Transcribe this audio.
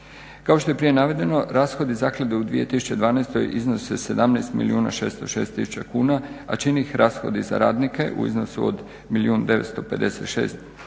Kao što je prije navedeno, rashodi zaklade u 2012. iznose 17 milijuna 606 tisuća kuna, a čine ih rashodi za radnike u iznosu od milijun 956 tisuća